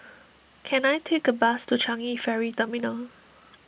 can I take a bus to Changi Ferry Terminal